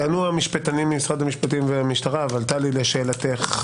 יענו המשפטנים ממשרד המפשטים והמשטרה אבל טלי לשאלתך,